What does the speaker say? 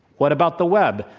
what about the web?